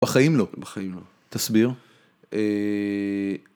בחיים לא, בחיים לא, תסביר..